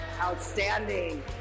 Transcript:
Outstanding